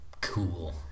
cool